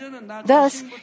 Thus